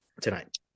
tonight